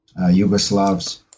Yugoslavs